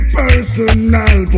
personal